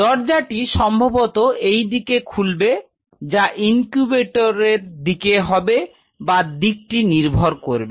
দরজাটি সম্ভবত এই দিকে খুলবে যা ইনকিউবেটরের দিকে হবে বা দিকটি নির্ভর করবে